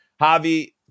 Javi